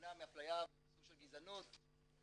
להימנע מאפליה וסוג של גזענות,